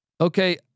Okay